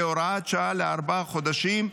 כהוראת שעה לארבעה חודשים,